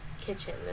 kitchen